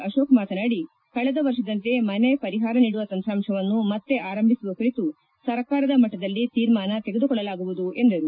ಅಶೋಕ್ ಮಾತನಾಡಿ ಕಳೆದ ವರ್ಷದಂತೆ ಮನೆ ಪರಿಹಾರ ನೀಡುವ ತಂತ್ರಾಂಶವನ್ನು ಮತ್ತೆ ಆರಂಭಿಸುವ ಕುರಿತು ಸರ್ಕಾರದ ಮಟ್ಟದಲ್ಲಿ ತೀರ್ಮಾನ ತೆಗೆದುಕೊಳ್ಳಲಾಗುವುದು ಎಂದರು